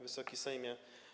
Wysoki Sejmie!